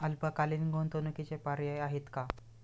अल्पकालीन गुंतवणूकीचे पर्याय आहेत का?